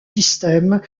systèmes